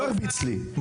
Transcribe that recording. הוא לא מרביץ לי,